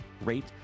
rate